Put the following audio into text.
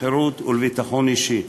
לחירות ולביטחון אישי,